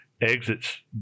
exits